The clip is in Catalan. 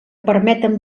permeten